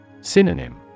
Synonym